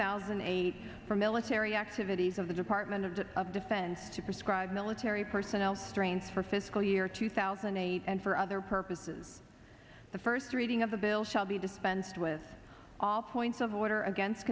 thousand and eight for military activities of the department of defense to prescribe military personnel strength for fiscal year two thousand and eight and for other purposes the first reading of the bill shall be dispensed with all points of order against